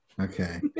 Okay